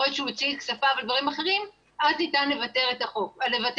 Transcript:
יכול להיות שהוא הוציא את כספיו ודברים אחרים אז ניתן לוותר על החוב.